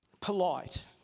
polite